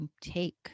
take